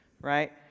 Right